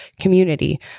community